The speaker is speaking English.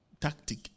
tactic